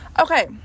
Okay